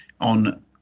on